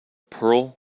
pearl